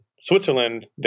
Switzerland